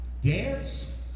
Dance